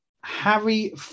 Harry